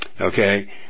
Okay